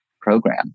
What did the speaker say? program